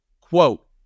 Quote